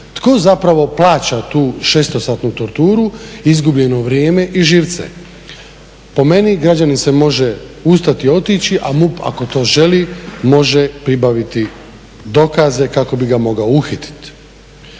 Tko zapravo plaća tu šestosatnu torturu, izgubljeno vrijeme i živce? Po meni građanin se može ustati i otići, a MUP ako to želi može pribaviti dokaze kako bi ga mogao uhititi.